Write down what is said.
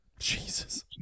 Jesus